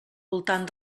voltant